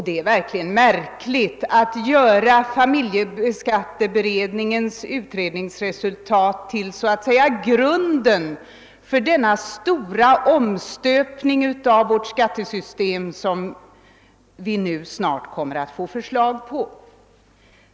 Det är mycket märkligt att man låter den beredningens utredningsresultat ligga till grund för den stora omstöpning av vårt skattesystem som vi snart kommer att få förslag om.